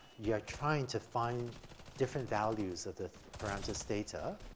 you are trying to find different values of the parameters theta,